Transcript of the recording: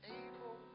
able